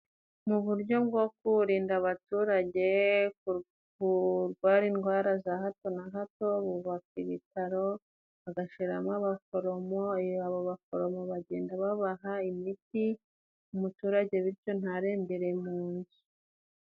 Mu buryo bwo kurinda abaturage kurwara indwara za hato na hato, bubaka ibitaro bagashyiraramo abaforomo. Abo baforomo bagenda babaha imiti umuturage bityo ntarembere mu nzu.